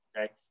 Okay